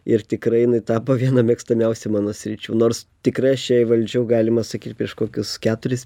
ir tikrai jinai tapo viena mėgstamiausių mano sričių nors tikrai aš ją įvaldžiau galima sakyt prieš kokius keturis